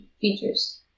features